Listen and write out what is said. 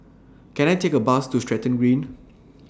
Can I Take A Bus to Stratton Green